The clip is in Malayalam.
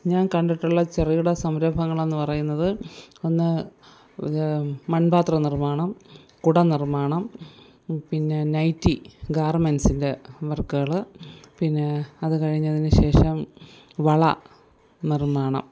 ഞാൻ കണ്ടിട്ടുള്ള ചെറുകിട സംരംഭങ്ങളെന്നു പറയുന്നത് ഒന്ന് മൺപാത്ര നിർമ്മാണം കുടനിർമ്മാണം പിന്നെ നൈറ്റി ഗാർമെൻസിൻ്റെ വർക്കുകള് പിന്നെ അതുകഴിഞ്ഞതിനു ശേഷം വള നിർമ്മാണം